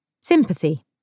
Sympathy